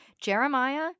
Jeremiah